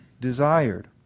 desired